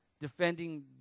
defending